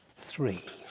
three.